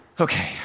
Okay